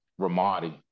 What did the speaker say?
Ramadi